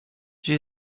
she